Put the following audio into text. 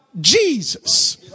Jesus